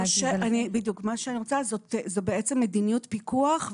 זו בעצם מדיניות פיקוח.